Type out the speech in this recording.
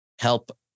help